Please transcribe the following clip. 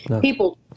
People